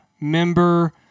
member